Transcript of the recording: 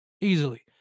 Easily